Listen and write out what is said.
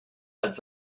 als